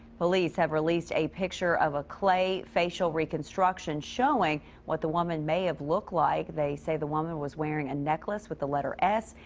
police have released a picture of clay facial reconstruction. showing what the woman may have looked like. they say the woman was wearing a necklace with the letter s.